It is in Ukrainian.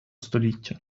століття